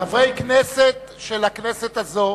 חברי הכנסת הזו,